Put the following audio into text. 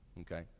okay